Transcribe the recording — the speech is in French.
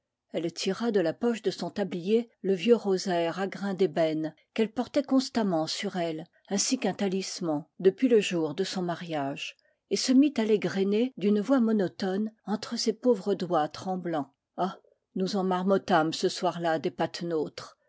elle tira de la poche de son tablier le vieux rosaire à grains d'ébène qu'elle portait constamment sur elle ainsi qu'un talisman depuis le jour de son mariage et se mit à l'égrener d'une voix monotone entre ses pauvres doigts tremblants ah nous en marmottâmes ce soir-là des